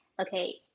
Okay